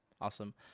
Awesome